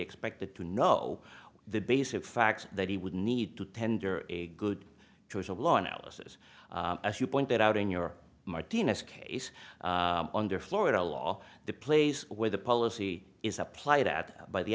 expected to know the basic facts that he would need to tender a good choice of law analysis as you pointed out in your martinez case under florida law the place where the policy is applied at by the